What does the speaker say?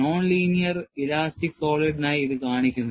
non linear elastic സോളിഡിനായി ഇത് കാണിക്കുന്നു